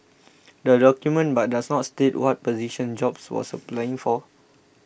the document but does not state what position jobs was applying for